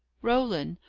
roland,